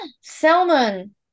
Salmon